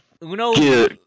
Uno